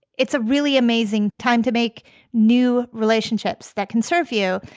it's a really amazing time to make new relationships that can serve you.